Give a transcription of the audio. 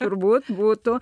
turbūt būtų